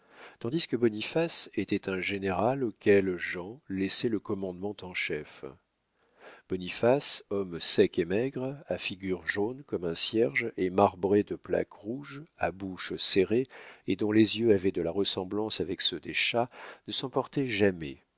tandis que boniface était un général auquel jean laissait le commandement en chef boniface homme sec et maigre à figure jaune comme un cierge et marbrée de plaques rouges à bouche serrée et dont les yeux avaient de la ressemblance avec ceux des chats ne s'emportait jamais